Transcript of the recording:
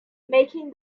making